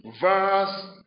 verse